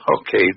Okay